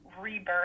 rebirth